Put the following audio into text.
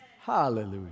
Hallelujah